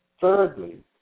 Thirdly